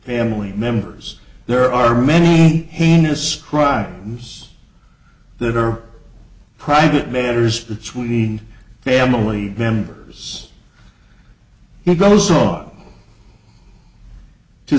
family members there are many heinous crimes yes that are private matters between family members he goes